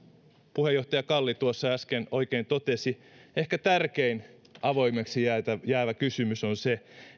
puheenjohtaja kalli tuossa äsken oikein totesi ehkä tärkein avoimeksi jäävä kysymys on se